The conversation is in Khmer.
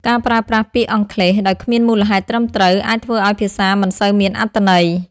ការប្រើប្រាស់ពាក្យអង់គ្លេសដោយគ្មានមូលហេតុត្រឹមត្រូវអាចធ្វើឱ្យភាសាមិនសូវមានអត្ថន័យ។